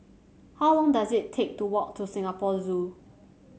how long does it take to walk to Singapore Zoo